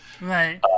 Right